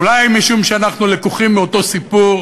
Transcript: אולי משום שאנחנו לקוחים מאותו סיפור